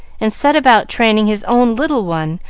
and set about training his own little one,